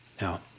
Now